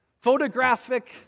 photographic